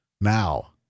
Now